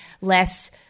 less